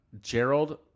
Gerald